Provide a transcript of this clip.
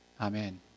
Amen